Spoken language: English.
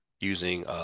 using